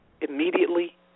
Immediately